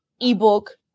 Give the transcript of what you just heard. ebook